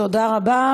תודה רבה.